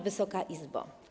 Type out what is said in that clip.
Wysoka Izbo!